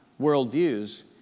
worldviews